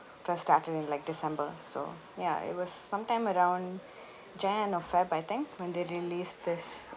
first started in like december so ya it was sometime around jan or feb I think when they released this